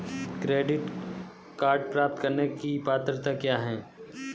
Credit card प्राप्त करने की पात्रता क्या है?